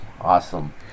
Awesome